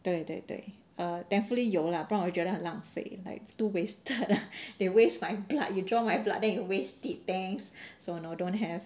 对对对 thankfully 有 lah 不然我就觉得很浪费 like too wasted they waste my blood you draw my blood then you waste it thanks so no don't have